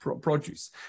produce